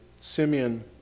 Simeon